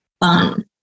fun